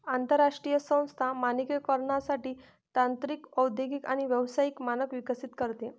आंतरराष्ट्रीय संस्था मानकीकरणासाठी तांत्रिक औद्योगिक आणि व्यावसायिक मानक विकसित करते